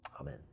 Amen